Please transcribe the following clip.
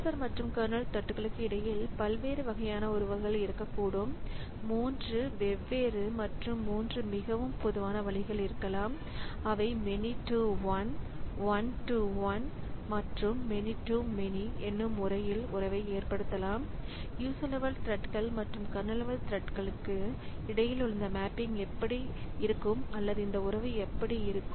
user மற்றும் kernel த்ரெட்களுக்கு இடையில் பல்வேறு வகையான உறவுகள் இருக்கக்கூடும் 3 வெவ்வேறு மற்றும் 3 மிகவும் பொதுவான வழிகள் இருக்கலாம் அவை many to 1 one to one மற்றும் மெனி டூ மெனி என்னும் முறையில் உறவை ஏற்படுத்தலாம் யூசர் லெவல் த்ரெட்கள் மற்றும் கர்னல் லெவல் த்ரெட்களுக்கு இடையில் இந்த மேப்பிங் எப்படி இருக்கும் அல்லது இந்த உறவு எப்படி இருக்கும்